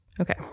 Okay